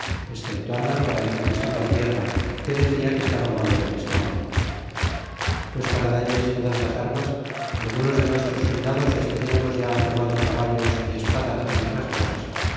excepto al narvaez y el salvatierra que decia que estaba malo del estómago pues para dalles todas las armas algunos de nuestros soldados les teniamos ya tomado caballos y espa das y otras cosas